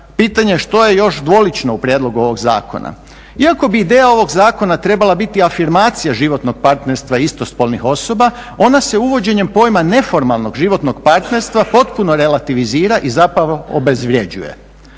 pitanje što je još dvolično u prijedlogu ovog zakona? Iako bi ideja ovog zakona trebala biti afirmacija životnog partnerstva istospolnih osoba ona se uvođenjem pojma neformalnog životnog partnerstva potpuno relativizira i zapravo obezvrjeđuje.